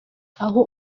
aho